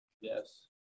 yes